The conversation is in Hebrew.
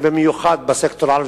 במיוחד בסקטור הערבי,